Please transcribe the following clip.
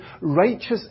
righteous